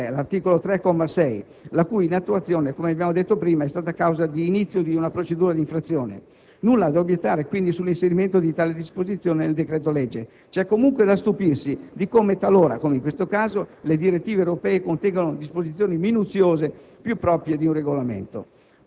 2003/54 (all'articolo 3, comma 6), la cui inattuazione, come abbiamo detto prima, è stata causa di inizio di una procedura di infrazione. Nulla da obiettare quindi sull'inserimento di tale disposizione nel decreto-legge. C'è comunque da stupirsi di come talora (come in questo caso) le direttive europee contengano disposizioni minuziose,